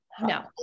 No